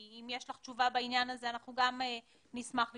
אם יש לך תשובה בעניין הזה, נשמח לשמוע.